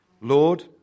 Lord